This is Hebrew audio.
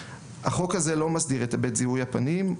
החוק הזה לא מסדיר את היבט זיהוי הפנים.